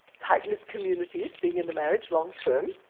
tight-knit communities, being in a marriage long-term,